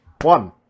one